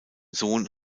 sohn